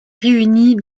réunit